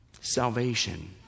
salvation